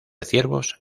ciervos